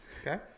Okay